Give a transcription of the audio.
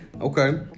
Okay